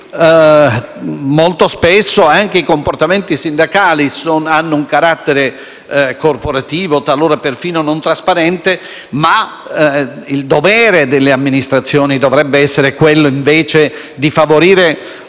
molto spesso anche i comportamenti sindacali hanno un carattere corporativo, talora perfino non trasparente, ma il dovere delle amministrazioni dovrebbe essere invece quello di favorire